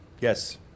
Yes